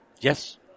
Yes